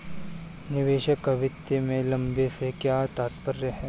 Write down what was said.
निवेशकों का वित्त में लंबे से क्या तात्पर्य है?